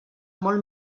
molt